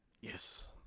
yes